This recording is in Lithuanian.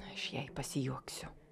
aš jai pasijuoksiu